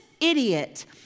idiot